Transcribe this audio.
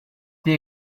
the